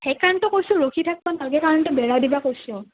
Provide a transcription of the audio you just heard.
সেইকাৰণেটো কৈছোঁ ৰখি থাকবা নাল্গে কাৰণে বেৰা দিবা কৈছোঁ